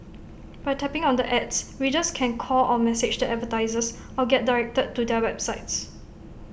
by tapping on the ads readers can call or message the advertisers or get directed to their websites